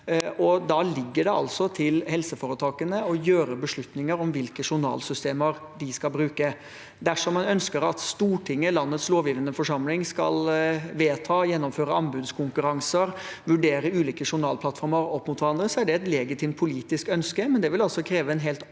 Da ligger det altså til helseforetakene å ta beslutninger om hvilke journalsystemer de skal bruke. Dersom man ønsker at Stortinget, landets lovgivende forsamling, skal vedta og gjennomføre anbudskonkurranser og vurdere ulike journalplattformer opp mot hverandre, er det et legitimt politisk ønske, men det ville altså kreve en helt